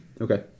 Okay